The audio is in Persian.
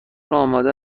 آماده